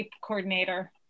coordinator